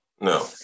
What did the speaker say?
No